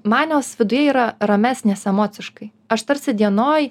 man jos viduj yra ramesnės emociškai aš tarsi dienoj